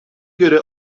göre